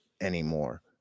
anymore